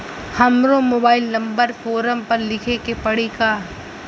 हमरो mobile number form पर लिखे के पड़ी का?